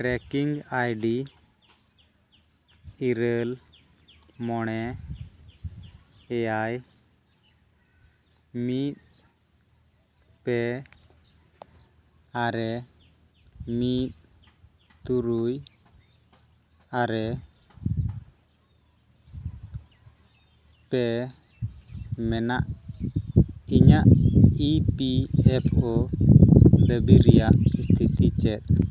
trekking ID ᱤᱨᱟᱹᱞ ᱢᱚᱬᱮ ᱮᱭᱟᱭ ᱢᱤᱫ ᱯᱮ ᱟᱨᱮ ᱢᱤᱫ ᱛᱩᱨᱩᱭ ᱟᱨᱮ ᱯᱮ ᱢᱮᱱᱟᱜ ᱤᱧᱟᱹᱜ ᱤ ᱯᱤ ᱮᱯᱷ ᱳ ᱫᱟᱹᱵᱤ ᱨᱮᱭᱟᱜ ᱯᱚᱨᱤᱥᱛᱷᱤᱛᱤ ᱪᱮᱫ